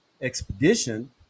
expedition